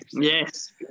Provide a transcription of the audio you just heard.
yes